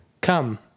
Come